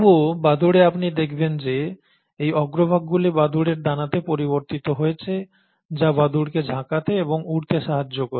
তবুও বাদুড়ে আপনি দেখবেন যে এই অগ্রভাগগুলি বাদুড়ের ডানাতে পরিবর্তিত হয়েছে যা বাদুড়কে ঝাঁকাতে এবং উড়তে সাহায্য করে